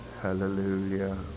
hallelujah